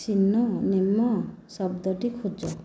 synonym ଶବ୍ଦଟି ଖୋଜ